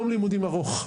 יום לימודים ארוך.